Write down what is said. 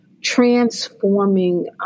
transforming